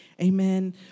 amen